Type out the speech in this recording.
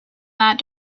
that